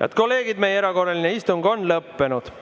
Head kolleegid, erakorraline istung on lõppenud.